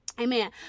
amen